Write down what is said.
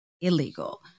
illegal